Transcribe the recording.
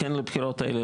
כן לבחירות האלה,